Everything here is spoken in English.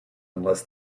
unless